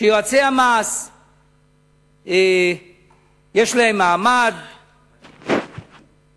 שיועצי המס יש להם מעמד בחוק,